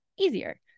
easier